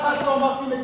מלה אחת לא אמרתי נגדך,